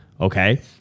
Okay